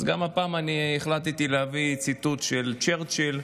אז גם הפעם אני החלטתי להביא ציטוט של צ'רצ'יל,